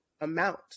amount